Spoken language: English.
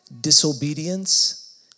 Disobedience